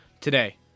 today